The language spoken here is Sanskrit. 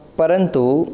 परन्तु